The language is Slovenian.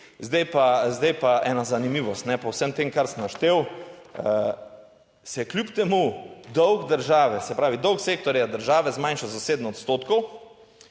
zdaj pa ena zanimivost, ne, po vsem tem kar sem naštel, se je kljub temu dolg države, se pravi dolg sektorja države, zmanjšal za 7 odstotkov.